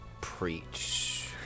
Preach